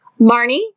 Marnie